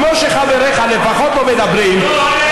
כמו שחבריך לפחות לא מדברים,